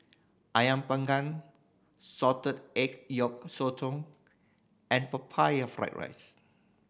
Ayam Panggang salted egg yolk sotong and Pineapple Fried rice